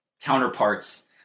counterparts